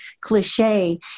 cliche